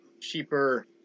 cheaper